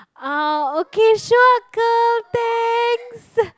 ah okay sure girl thanks